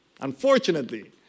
unfortunately